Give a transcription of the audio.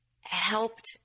helped